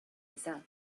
results